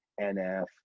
nf